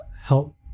help